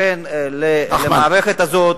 לכן, למערכת הזאת,